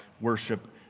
worship